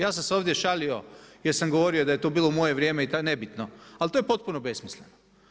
Ja sam se ovdje šalio jer sam govorio da je to bilo u moje vrijeme i to je nebitno, ali to je potpuno besmisleno.